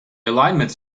alignments